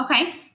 Okay